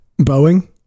Boeing